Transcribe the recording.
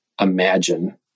imagine